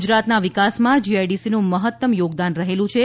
ગુજરાતના વિકાસમાં જીઆઈડીસીનું મહત્તમ યોગદાન રહેલું છે